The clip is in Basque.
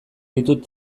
ditut